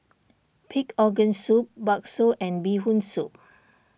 Pig Organ Soup Bakso and Bee Hoon Soup